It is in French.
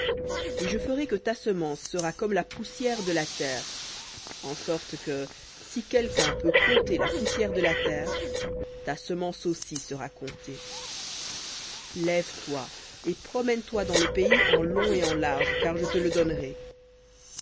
et je ferai que ta semence sera comme la poussière de la terre en sorte que si quelqu'un peut compter la poussière de la terre ta semence aussi sera comptée lève-toi et promène toi dans le pays en long et en large car je te le donnerai